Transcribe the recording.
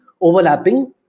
overlapping